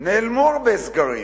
נעלמו הרבה סגרים.